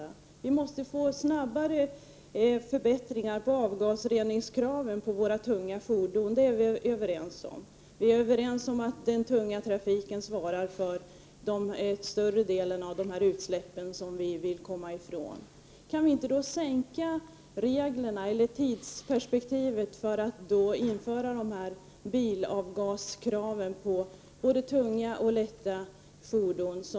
Vi är överens om att vi måste få snara förbättringar av de krav vi ställer på avgasrening när det gäller tunga fordon. Vi är överens om att den tunga trafiken svarar för större delen av de utsläpp vi vill komma ifrån. Kan vi inte införa de gränsvärden man i Canada och USA har för bilavgaser från både tunga och lätta fordon?